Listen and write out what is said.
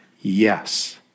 yes